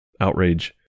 outrage